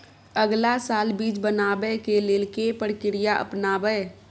अगला साल बीज बनाबै के लेल के प्रक्रिया अपनाबय?